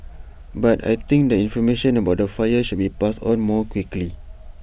but I think the information about the fire should be passed on more quickly